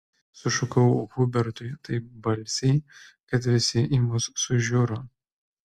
sušukau hubertui taip balsiai kad visi į mus sužiuro